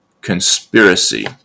Conspiracy